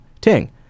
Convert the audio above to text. Ting